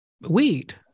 weed